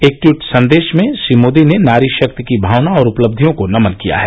एक ट्वीट संदेश में श्री मोदी ने नारी शक्ति की भावना और उपलब्धियों को नमन किया है